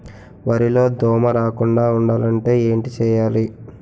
వరిలో దోమ రాకుండ ఉండాలంటే ఏంటి చేయాలి?